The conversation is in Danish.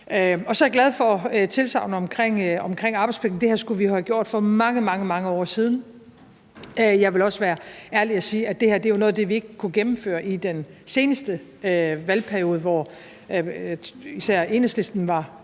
Så er jeg glad for tilsagnet omkring arbejdspligten. Det her skulle vi have gjort for mange, mange år siden. Jeg vil også være ærlig at sige, at det her jo er noget af det, vi ikke kunne gennemføre i den seneste valgperiode, hvor især Enhedslisten var